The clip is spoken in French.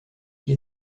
qui